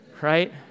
right